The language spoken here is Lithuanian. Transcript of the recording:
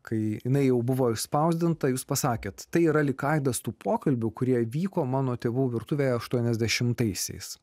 kai jinai jau buvo išspausdinta jūs pasakėt tai yra lyg aidas tų pokalbių kurie vyko mano tėvų virtuvėje aštuoniasdešimtaisiais